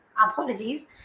Apologies